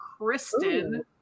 Kristen